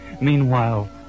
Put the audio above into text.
Meanwhile